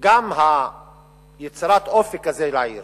גם יצירת אופי כזה לעיר